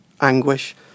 anguish